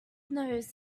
nose